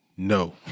No